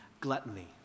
gluttony